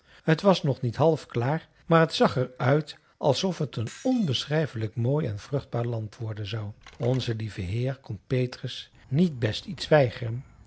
t was nog niet half klaar maar t zag er uit alsof het een onbeschrijfelijk mooi en vruchtbaar land worden zou onze lieve heer kon petrus niet best iets weigeren